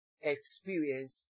experience